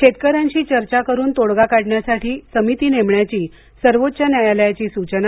शेतकऱ्यांशी चर्चा करून तोडगा काढण्यासाठी समिती नेमण्याची सर्वोच्च न्यायालयाची सूचना